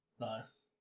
Nice